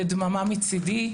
ודממה מצידי,